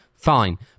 fine